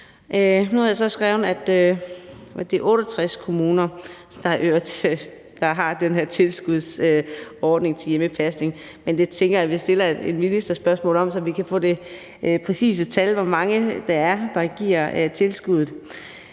Nu har jeg så skrevet, at det er 68 kommuner, der har den her tilskudsordning til hjemmepasning, men jeg tænker, at vi stiller et ministerspørgsmål om det, så vi kan få det præcise tal for, hvor mange det er, der giver tilskuddet.